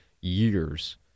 years